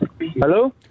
Hello